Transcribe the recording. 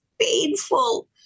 painful